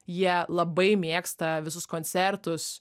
jie labai mėgsta visus koncertus